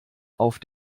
auf